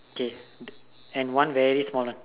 okay and one very small